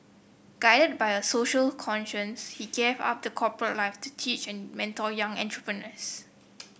guided by a social conscience he gave up the corporate life to teach and mentor young entrepreneurs